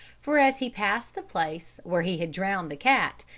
for as he passed the place where he had drowned the cat,